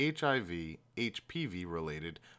HIV-HPV-Related